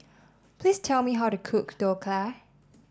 please tell me how to cook Dhokla